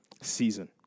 season